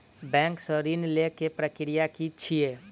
Bank सऽ ऋण लेय केँ प्रक्रिया की छीयै?